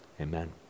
Amen